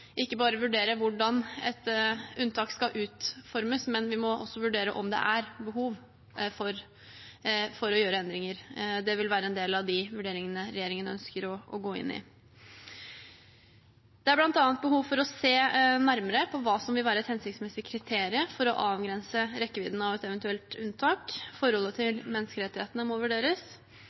må også vurdere om det er behov for å gjøre endringer. Det vil være en del av de vurderingene regjeringen ønsker å gå inn i. Det er bl.a. behov for å se nærmere på hva som vil være et hensiktsmessig kriterium for å avgrense rekkevidden av et eventuelt unntak. Forholdet til menneskerettighetene må vurderes.